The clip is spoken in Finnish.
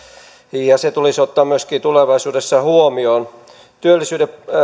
ja se tulisi ottaa myöskin tulevaisuudessa huomioon työllisyyden